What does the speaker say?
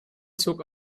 zog